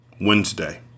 wednesday